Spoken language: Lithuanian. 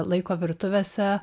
laiko virtuvėse